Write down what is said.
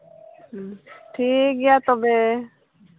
ᱴᱷᱤᱠ ᱜᱮᱭᱟ ᱛᱚᱵᱮ